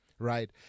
right